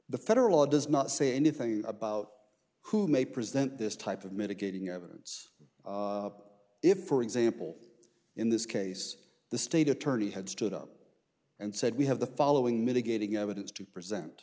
the federal law does not say anything about who may present this type of mitigating evidence if for example in this case the state attorney had stood up and said we have the following mitigating